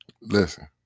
Listen